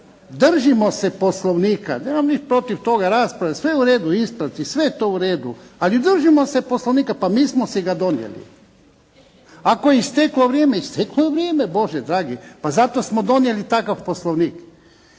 držimo se Poslovnika, nemam ništa protiv toga, rasprava sve u redu, ispravci, sve je to u redu, ali držimo se Poslovnika, pa mi smo si ga donijeli. Ako je isteklo vrijeme, isteklo je vrijeme Bože dragi, pa zato smo donijeli takav Poslovnik.